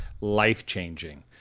life-changing